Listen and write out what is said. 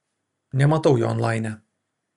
nematau jo onlaine